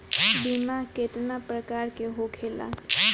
बीमा केतना प्रकार के होखे ला?